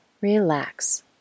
relax